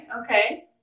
Okay